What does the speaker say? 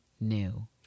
new